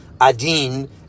adin